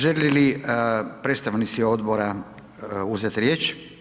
Želi li predstavnici odbora uzeti riječ?